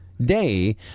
day